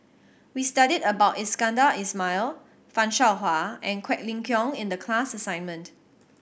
we studied about Iskandar Ismail Fan Shao Hua and Quek Ling Kiong in the class assignment